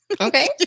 Okay